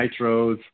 Nitros